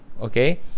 Okay